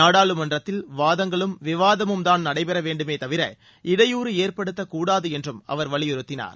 நாடாளுமன்றத்தில் வாதங்களும் விவாதமும் தான் நடைபெற வேண்டுமே தவிர இடையூறு ஏற்படுத்தக்கூடாது என்றும் அவர் வலியுறுத்தினார்